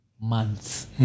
months